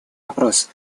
вопрос